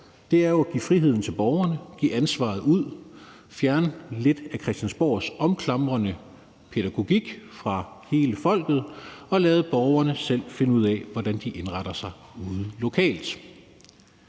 Det er jo at give friheden til borgerne, giveansvaret ud, fjerne lidt af Christiansborgs omklamrende pædagogik fra hele folket og lade borgerne selv finde ud af, hvordan de indretter sig ude lokalt.